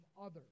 others